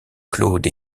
claude